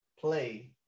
play